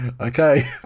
Okay